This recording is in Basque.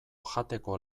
jateko